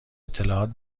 اطلاعات